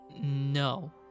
no